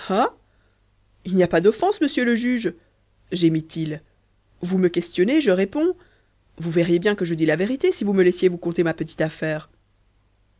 il n'y a pas d'offense monsieur le juge gémit-il vous me questionnez je réponds vous verriez bien que je dis vrai si vous me laissiez vous conter ma petite affaire